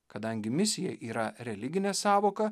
kadangi misija yra religinė sąvoka